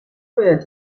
باید